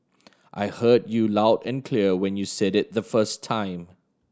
I heard you loud and clear when you said it the first time